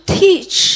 teach